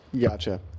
gotcha